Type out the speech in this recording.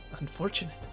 Unfortunate